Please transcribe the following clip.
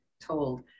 told